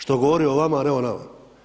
Što govori o vama, ne o nama.